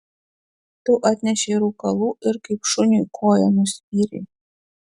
tu atnešei rūkalų ir kaip šuniui koja nuspyrei